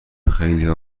خیلیها